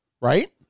Right